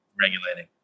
Regulating